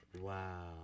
Wow